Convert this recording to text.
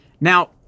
now